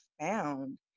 found